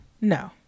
no